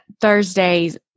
Thursdays